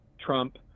Trump